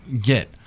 get